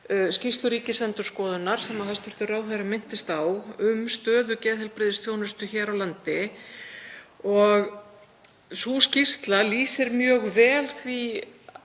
skýrslu Ríkisendurskoðunar, sem hæstv. ráðherra minntist á, um stöðu geðheilbrigðisþjónustu hér á landi, og sú skýrsla lýsir mjög vel því